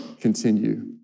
continue